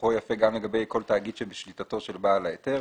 כוחו יפה גם לגבי כל תאגיד שבשליטתו של בעל ההיתר.